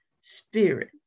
spirit